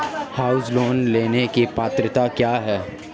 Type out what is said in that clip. House loan लेने की पात्रता क्या है?